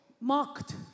mocked